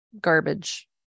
garbage